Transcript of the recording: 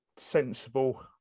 sensible